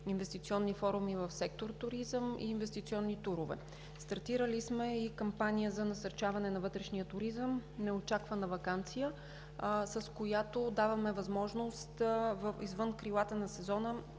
инвестиционни форуми в сектор „Туризъм“ и инвестиционни турове. Стартирали сме и кампания за насърчаване на вътрешния туризъм – „Неочаквана ваканция“, с която даваме възможност извън сезона